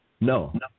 No